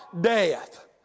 Death